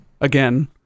again